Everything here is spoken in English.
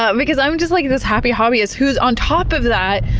um because i'm just like this happy hobbyist who is, on top of that,